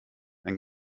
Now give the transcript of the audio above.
ein